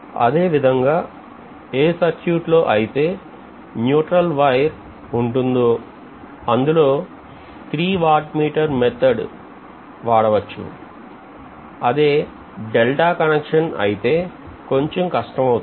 అదేవిధంగా ఏ సర్క్యూట్లో అయితే న్యూట్రల్ వైర్ ఉంటుందో అందులో లో 3 వాట్ మీటర్ పద్ధతి వాడవచ్చు అదే డెల్టా కనెక్షన్ అయితే కొంచెం కష్టం అవుతుంది